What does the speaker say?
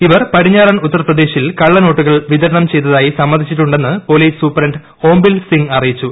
ഇവർ പടിഞ്ഞാറൻ ഉത്തർപ്രദേശിൽ കള്ളനോട്ടുകൾ വിതരണം ചെയ്തതായി സമ്മതിച്ചിട്ടുണ്ടെന്ന് പോലീസ് സൂപ്രണ്ടന്റ് ഓംബിർ സിംഗ് അറിയിച്ചു